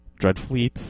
Dreadfleet